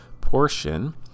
portion